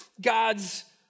God's